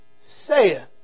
saith